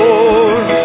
Lord